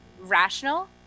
rational